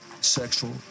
sexual